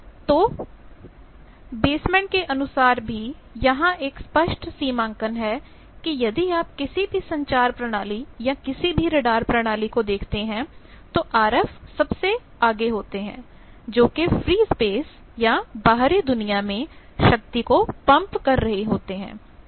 तो बेसबैंड के अनुसार भी यहां एक स्पष्ट सीमांकन है कि यदि आप किसी भी संचार प्रणाली या किसी भी राडार प्रणाली को देखते हैं तो आरएफ सबसे आगे होते हैं जोकि फ्री स्पेस या बाहरी दुनिया में शक्ति को पंप कर रहे होते हैं